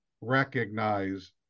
recognize